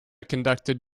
conducted